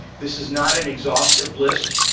this is not an exhaustive list.